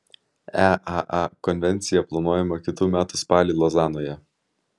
eaa konvencija planuojama kitų metų spalį lozanoje